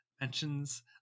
mentions